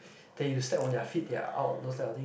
that you step on their feet they are out those type of thing